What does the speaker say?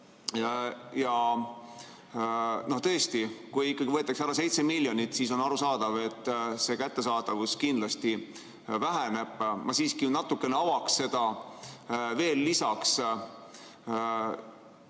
Tõesti, kui ikkagi võetakse ära 7 miljonit, siis on arusaadav, et see kättesaadavus kindlasti väheneb. Ma siiski natukene avaksin seda veel lisaks